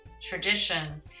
tradition